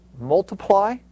multiply